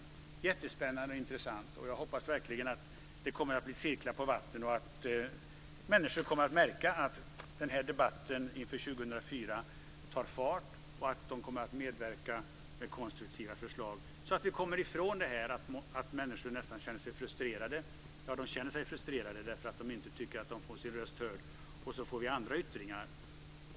Det är jättespännande och intressant, och jag hoppas verkligen att det kommer att bli cirklar på vattnet och att människor kommer att märka att debatten inför 2004 tar fart. Jag hoppas också att de kommer att medverka med konstruktiva förslag så att vi kommer ifrån detta med att människor känner sig frustrerade därför att de inte tycker att de får sin röst hörd. Då får vi i stället andra yttringar.